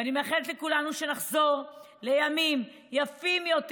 ואני מאחלת לכולנו שנחזור לימים יפים יותר